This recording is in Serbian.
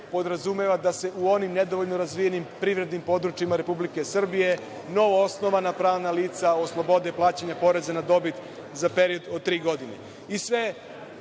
podrazumeva da se u onim nedovoljno razvijenim privrednim područjima Republike Srbije novoosnovana pravna lica oslobode plaćanja poreza na dobit za period od tri godine. Sve